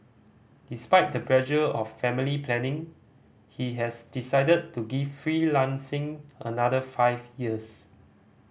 despite the pressure of family planning he has decided to give freelancing another five years